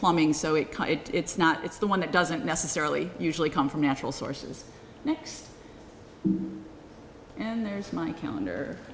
plumbing so it cut it it's not it's the one that doesn't necessarily usually come from natural sources and there's my calend